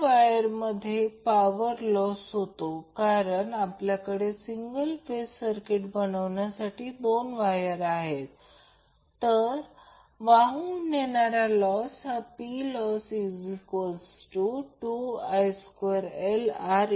हे देखील गृहीत धरत आहेत की ते प्रत्येकासाठी आहे ते आहे किंवा Δ काही फरक पडत नाही शुद्ध रेजिस्टीव्ह लोड गृहीत धरा म्हणून लोडचा पॉवर फॅक्टर युनिटी आहे